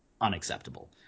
unacceptable